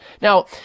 Now